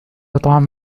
طعام